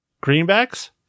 Greenbacks